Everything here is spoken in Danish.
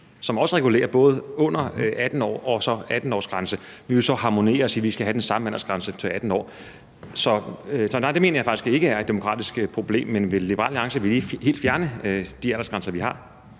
som også regulerer det, altså 16-årsgrænsen og så 18-årsgrænsen. Vi vil så harmonere og sige, at man skal have den samme aldersgrænse på 18 år. Så nej, det mener jeg faktisk ikke er et demokratisk problem. Men vil Liberal Alliance helt fjerne de aldersgrænser, vi har?